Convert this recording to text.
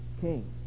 king